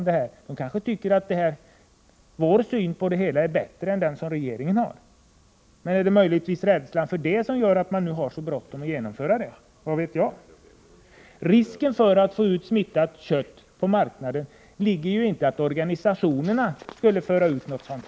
Den kanske tycker att vår syn på det hela är bättre än den som regeringen har. Är det möjligtvis rädslan för det som gör att man har så bråttom? Risken för att få ut smittat kött på marknaden ligger ju inte i att organisationerna skulle föra ut något sådant.